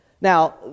Now